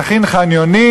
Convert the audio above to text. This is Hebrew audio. נכין חניונים?